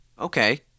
okay